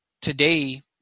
today